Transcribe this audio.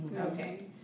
Okay